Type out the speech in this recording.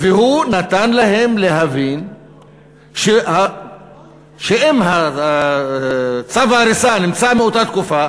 והוא נתן להם להבין שאם צו ההריסה נמצא מאותה תקופה,